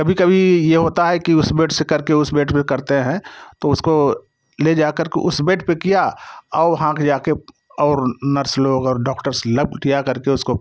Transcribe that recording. कभी कभी ये होता है कि उस बेड से करके उस बेड पे करते हैं तो उसको ले जा करके उस बेड पे किया और वहाँ भी जा के और नर्स लोग और डॉक्टर्स उसको